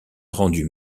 rendu